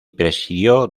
presidió